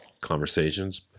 conversations